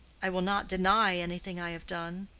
i will not deny anything i have done.